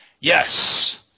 Yes